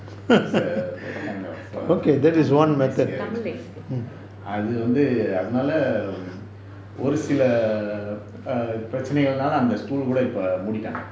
it's a kind of a messy arrangement அது வந்து அதனால ஒரு சில:athu vanthu athanaala oru sila err பிரச்சினைகள் நால அந்த: pirachinaikal naala antha school கூட இப்ப மூடிட்டாங்க:kooda ippa moodittanga